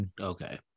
Okay